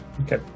Okay